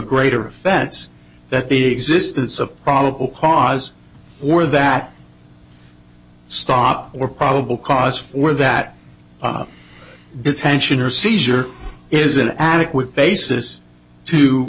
greater offense that the existence of probable cause for that stop or probable cause for that detention or seizure is an adequate basis to